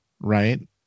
right